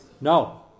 No